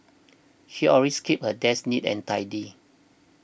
she always keeps her desk neat and tidy